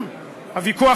הוויכוח,